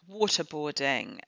waterboarding